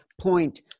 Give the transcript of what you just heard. point